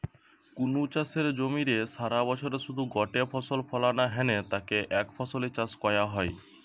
কুনু চাষের জমিরে সারাবছরে শুধু গটে ফসল ফলানা হ্যানে তাকে একফসলি চাষ কয়া হয়